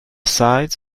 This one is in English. sides